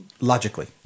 logically